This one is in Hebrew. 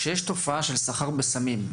כשיש תופעה של סחר בסמים,